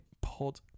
pod